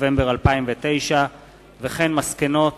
נובמבר 2009. מסקנות